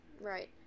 Right